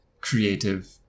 creative